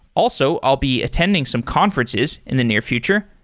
also, i'll be attending some conferences in the near future.